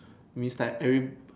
it is like every